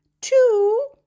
two